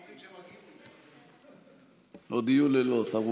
קטן עלינו.